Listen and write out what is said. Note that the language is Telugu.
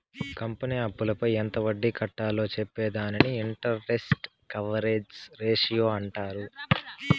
కంపెనీ అప్పులపై ఎంత వడ్డీ కట్టాలో చెప్పే దానిని ఇంటరెస్ట్ కవరేజ్ రేషియో అంటారు